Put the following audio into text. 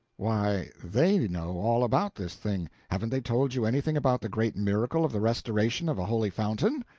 why they know all about this thing. haven't they told you anything about the great miracle of the restoration of a holy fountain?